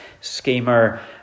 schemer